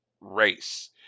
race